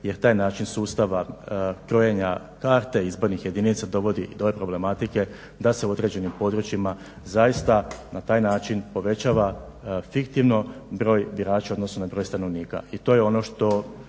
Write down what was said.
jer taj način sustava brojenja karte izbornih jedinica dovodi do ove problematike da se u određenim područjima zaista na taj način povećava fiktivno broj birača u odnosu na broj stanovnika.